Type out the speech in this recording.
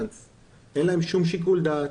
אין להם שום שיקול דעת,